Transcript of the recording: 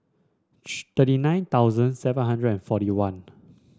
thirty nine thousand seven hundred and forty one